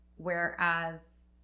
whereas